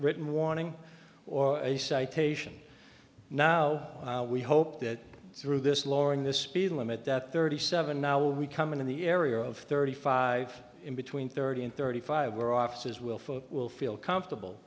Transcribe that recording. written warning or a citation now we hope that through this lowering the speed limit that thirty seven now we come in in the area of thirty five in between thirty and thirty five were offices we'll folk will feel comfortable